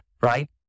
right